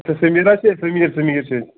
ہے سٔمیٖر ہا چھِ أسۍ سٔمیٖر سٔمیٖر چھِ أسۍ